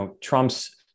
Trump's